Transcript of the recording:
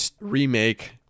remake